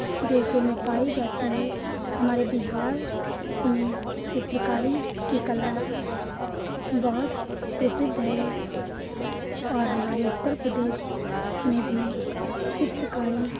देशों में पाई जाती है हमारे बिहार में चित्रकारी की कला बहुत प्रसिद्ध है और हमारे उत्तर प्रदेश में भी चित्रकारी